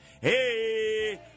Hey